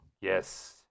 Yes